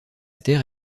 terre